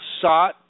sought